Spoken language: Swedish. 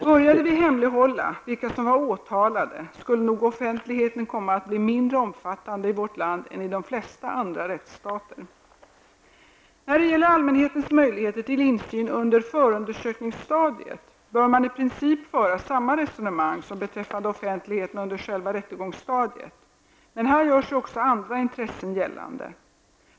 Började vi hemlighålla vilka som var åtalade, skulle nog offentligheten komma att bli mindre omfattande i vårt land än i de flesta andra rättsstater. När det gäller allmänhetens möjligheter till insyn under förundersökningsstadiet bör man i princip föra samma resonemang som beträffande offentligheten under själva rättegångsstadiet, men här gör sig också andra intressen gällande.